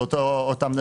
זה אותו דבר.